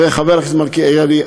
וחבר הכנסת מלכיאלי,